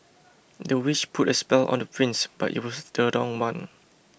the witch put a spell on the prince but it was the wrong one